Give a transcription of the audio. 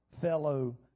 fellow